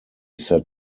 set